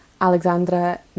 Alexandra